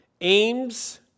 aims